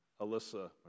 Alyssa